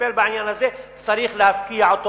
לטפל בעניין הזה צריך להפקיע אותו